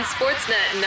Sportsnet